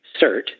CERT